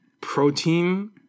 protein